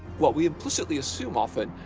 what we implicitly assume, often,